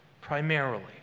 primarily